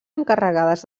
encarregades